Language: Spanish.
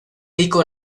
rico